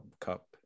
cup